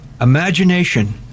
imagination